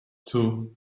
two